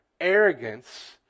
arrogance